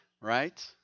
Right